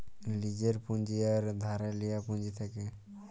লীজের পুঁজি আর ধারে লিয়া পুঁজি থ্যাকে